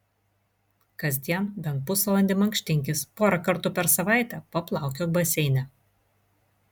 kasdien bent pusvalandį mankštinkis porą kartų per savaitę paplaukiok baseine